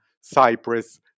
Cyprus